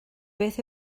beth